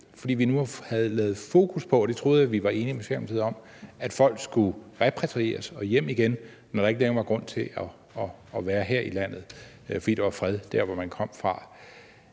fordi vi havde lavet fokus på, og det troede jeg vi var enige med Socialdemokratiet om, at folk skulle repatrieres og hjem igen, når der ikke længere var grund til at være her i landet, fordi der var fred der, hvor man kom fra.